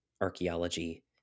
archaeology